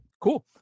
cool